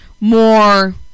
more